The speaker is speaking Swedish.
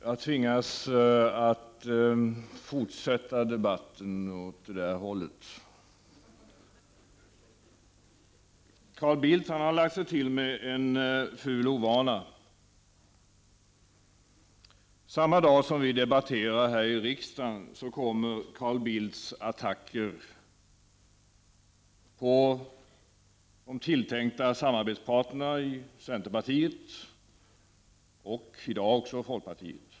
Herr talman! Jag tvingas fortsätta debatten åt det håll där Carl Bildt befinner sig. Carl Bildt har lagt sig till med en ful ovana. Samma dag som vi debatterar här i riksdagen kommer Carl Bildts attacker på tilltänkta samarbetspartner — centerpartiet och i dag också folkpartiet.